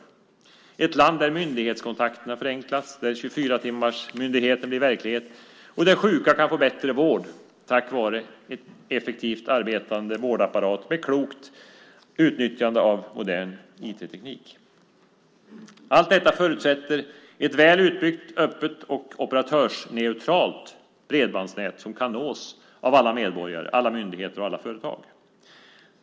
Sverige ska vara det land där myndighetskontakterna förenklas, där 24-timmarsmyndigheten blir verklighet och där sjuka kan få bättre vård tack vare en effektivt arbetande vårdapparat med klokt utnyttjande av modern IT-teknik. Allt detta förutsätter ett väl utbyggt, öppet och operatörsneutralt bredbandsnät som kan nås av alla medborgare, alla myndigheter och alla företag.